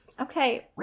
Okay